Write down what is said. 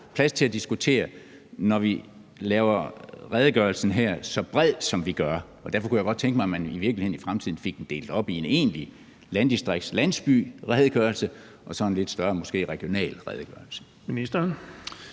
plads til at diskutere, når vi laver redegørelsen her så bred, som vi gør. Og derfor kunne jeg godt tænke mig, at man i virkeligheden i fremtiden fik den delt op i en egentlig landdistriktslandsbyredegørelse og så måske en lidt større regionalredegørelse.